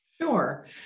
Sure